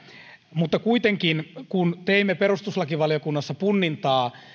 mutta kuitenkin kun teimme perustuslakivaliokunnassa punnintaa